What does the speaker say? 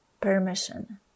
permission